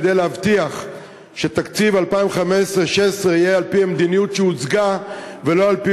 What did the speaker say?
כדי להבטיח שתקציב 2015 2016 יהיה על-פי המדיניות שהוצגה ולא על-פי